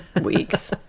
weeks